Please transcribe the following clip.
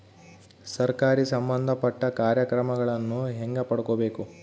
ಸರಕಾರಿ ಸಂಬಂಧಪಟ್ಟ ಕಾರ್ಯಕ್ರಮಗಳನ್ನು ಹೆಂಗ ಪಡ್ಕೊಬೇಕು?